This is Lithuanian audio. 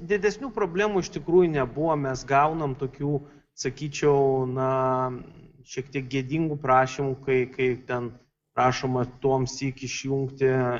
didesnių problemų iš tikrųjų nebuvo mes gaunam tokių sakyčiau na šiek tiek gėdingų prašymų kai kai ten prašoma tuomsyk išjungti